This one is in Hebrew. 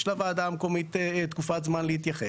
יש לוועדה המקומית תקופת זמן להתייחס.